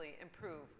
improve